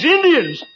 Indians